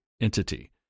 entity